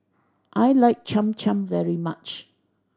I like Cham Cham very much